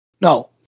No